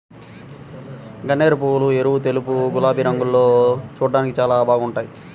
గన్నేరుపూలు ఎరుపు, తెలుపు, గులాబీ రంగుల్లో చూడ్డానికి చాలా బాగుంటాయ్